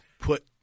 put